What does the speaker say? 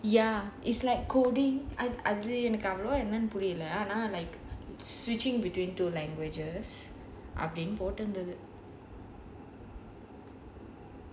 ya it's like coding அது அவ்ளோ என்னனு புரியல:adhu avlo ennaanu puriyala switching between two langauges அப்டினு போட்ருந்தது:apdinu potrunthathu